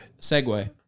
Segue